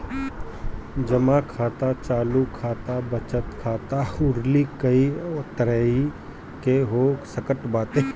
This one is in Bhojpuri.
जमा खाता चालू खाता, बचत खाता अउरी कई तरही के हो सकत बाटे